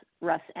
Russ